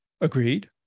Agreed